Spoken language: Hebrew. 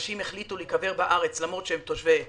שאנשים החליטו להיקבר בארץ למרות שהם תושבי חו"ל.